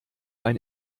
ein